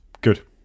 good